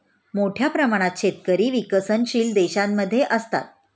मोठ्या प्रमाणात शेतकरी विकसनशील देशांमध्ये असतात